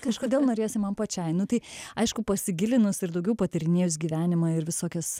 kažkodėl norėjosi man pačiai nu tai aišku pasigilinus ir daugiau patyrinėjus gyvenimą ir visokias